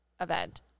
event